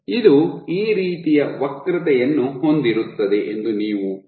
ಇದು ಈ ರೀತಿಯ ವಕ್ರತೆಯನ್ನು ಹೊಂದಿರುತ್ತದೆ ಎಂದು ನೀವು ತಿಳಿಯುವಿರಿ